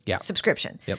subscription